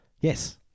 Yes